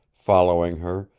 following her,